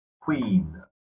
Queen